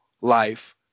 life